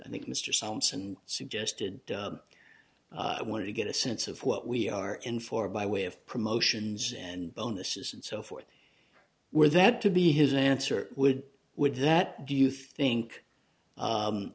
i think mr sampson suggested i want to get a sense of what we are in for by way of promotions and bonuses and so forth where that to be his answer would would that do you think